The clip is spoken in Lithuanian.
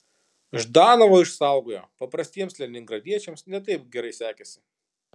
ždanovą išsaugojo paprastiems leningradiečiams ne taip gerai sekėsi